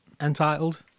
entitled